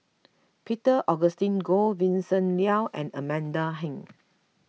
Peter Augustine Goh Vincent Leow and Amanda Heng